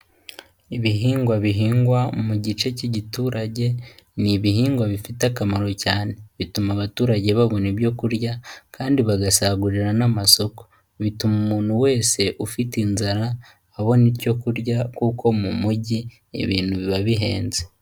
Ibihingwa bihingwa mu gice cy'igiturage, ni ibihingwa bifite akamaro cyane, bituma abaturage babona ibyo kurya kandi bagasagurira n'amasoko, bituma umuntu wese ufite inzara abona icyo kurya kuko mujyi ibintu biba bihenze.